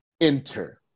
Enter